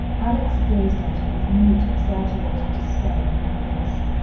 alex gazed at her with mute, exaggerated despair on her face.